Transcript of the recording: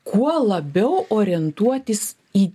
kuo labiau orientuotis į